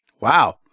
wow